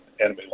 enemy